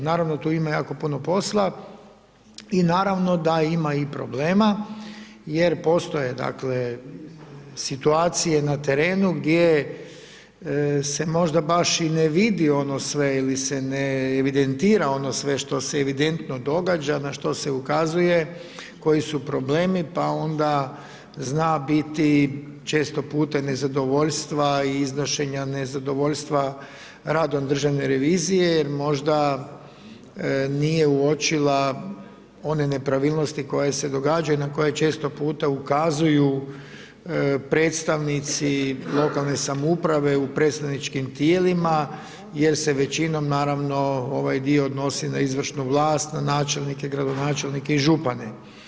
Naravno tu ima jako puno posla i naravno da ima i problema, jer postoje dakle, situacije na terenu gdje se možda baš i ne vidi ono sve ili se ne evidentira ono sve što se evidentno događa, na što se ukazuje koji su problemi, pa onda zna biti često puta i nezadovoljstva i iznošenja nezadovoljstva radom Državne revizije, jer možda nije uočila one nepravilnosti koje se događaju i na koje često puta ukazuju predstavnici lokalne samouprave u predstavničkim tijelima, jer se većinom naravno, ovaj dio odnosi na izvršnu vlast, na načelnike, gradonačelnike i župane.